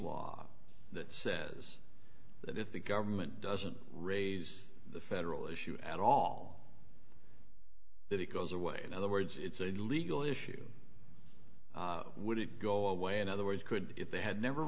law that says that if the government doesn't raise the federal issue at all that it goes away in other words it's a legal issue would it go away in other words could if they had never